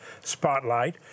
spotlight